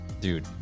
Dude